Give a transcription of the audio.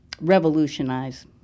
revolutionize